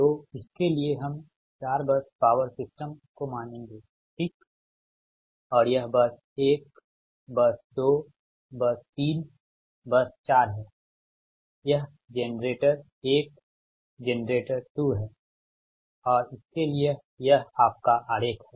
तो इसके लिए हम 4 बस पावर सिस्टम को मानेंगे ठीक और यह बस 1 बस 2 बस 3 बस 4 है यह जेनरेटर 1 जेनरेटर 2 है और इसके लिए यह आपका आरेख है